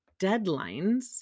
deadlines